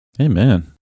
Amen